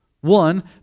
one